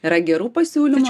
yra gerų pasiūlymų